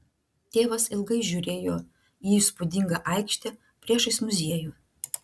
tėvas ilgai žiūrėjo į įspūdingą aikštę priešais muziejų